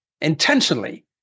intentionally